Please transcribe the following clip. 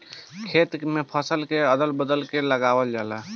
खेत में फसल के अदल बदल के लगावल जाला